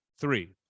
three